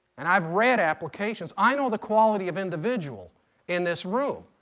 and i've read applications. i know the quality of individual in this room.